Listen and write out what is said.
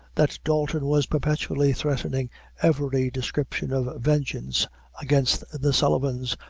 that dalton was perpetually threatening every description of vengeance against the sullivans,